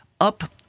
up